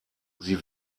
sie